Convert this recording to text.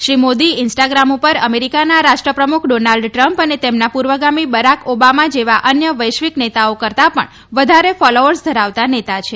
Shri Modi Instagram ઉપર અમેરિકાના રાષ્ટ્રપ્રમુખ ડોનાલ્ડ ટ્રમ્પ અને તેમની પૂર્વગામી બરાક ઓબામા જેવા અન્ય વૈશ્વિક નેતાઓ કરતા પણ વધારો ફોલોઅર્સ ધરાવતા નેતા છે